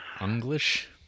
English